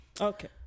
Okay